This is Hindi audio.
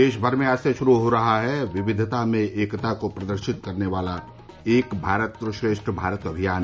देशभर में आज से शुरू हो रहा है विविधता में एकता को प्रदर्शित करने वाला एक भारत श्रेष्ठ भारत अभियान